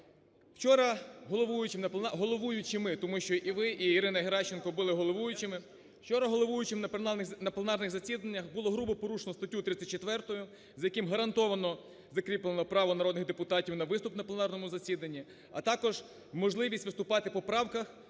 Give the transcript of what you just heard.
вчора головуючим на пленарних засіданнях було грубо порушено статтю 34, за якою гарантовано закріплено право народних депутатів на виступ на пленарному засіданні, а також можливість виступати по правках